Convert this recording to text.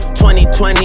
2020